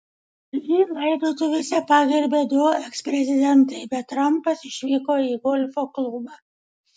jį laidotuvėse pagerbė du eksprezidentai bet trampas išvyko į golfo klubą